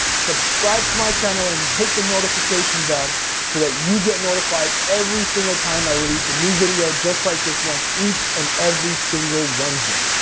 subscribe to my channel and hit the notification bell so that you get notified every single time i release a new video just like this one each and every single wednesday.